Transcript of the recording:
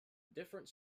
different